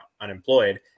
unemployed